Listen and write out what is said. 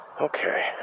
Okay